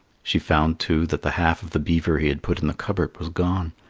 she found too that the half of the beaver he had put in the cup-board was gone.